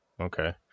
okay